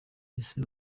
ese